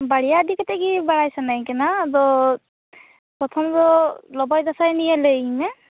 ᱵᱟᱨᱭᱟ ᱤᱫᱤᱠᱟᱛᱮ ᱜᱮ ᱵᱟᱰᱟᱭ ᱥᱟᱱᱟ ᱧ ᱠᱟᱱᱟ ᱟᱫᱚ ᱯᱨᱚᱛᱷᱚᱢ ᱫᱚ ᱞᱚᱵᱚᱭ ᱫᱟᱥᱟᱸᱭ ᱱᱤᱭᱟᱹ ᱞᱟ ᱭᱟᱹᱧ ᱢᱮ